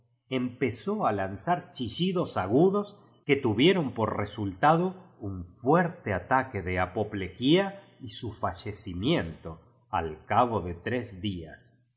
empezó a lanzar chillidos agudos que tuvieron por resultado un fuerte ataque de apoptegía y su fallecimiento ni cabo de tres días